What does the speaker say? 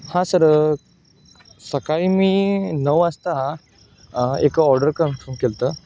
हां सर सकाळी मी नऊ वाजता एक ऑर्डर कन्फर्म केली होती